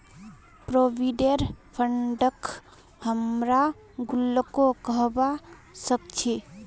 provident फंडक हमरा गुल्लको कहबा सखछी